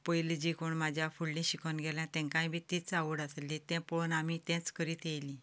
पयलीं जीं कोण म्हज्या फुडलीं शिकून गेल्यां तांकांय बी तीच आवड आशिल्ली तें पळोवन आमी तेंच करीत आयलीं